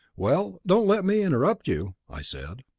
well, don't let me interrupt you, i said.